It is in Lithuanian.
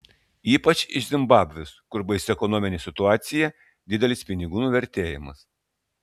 ypač iš zimbabvės kur baisi ekonominė situacija didelis pinigų nuvertėjimas